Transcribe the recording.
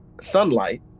sunlight